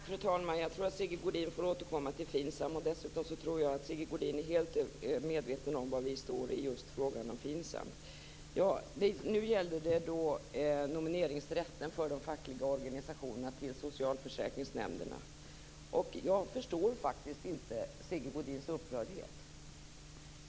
Fru talman! Jag tror att Sigge Godin får återkomma till FINSAM. Dessutom tror jag att Sigge Godin är medveten om var vi står i frågan om FINSAM. Nu gäller det frågan om nomineringsrätten för de fackliga organisationerna till socialförsäkringsnämnderna. Jag förstår faktiskt inte Sigge Godins upprördhet.